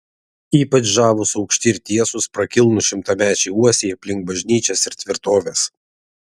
ypač žavūs aukšti ir tiesūs prakilnūs šimtamečiai uosiai aplink bažnyčias ir tvirtoves